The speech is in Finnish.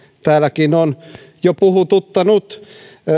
täälläkin on jo puhututtanut